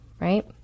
right